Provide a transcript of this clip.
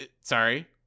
Sorry